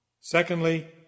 Secondly